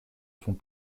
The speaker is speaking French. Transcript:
son